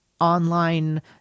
online